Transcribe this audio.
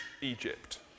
Egypt